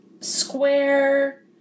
square